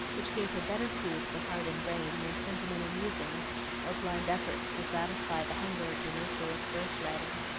which gave her better food for heart and brain than sentimental musings or blind efforts to satisfy the hunger of her nature with verse-writing.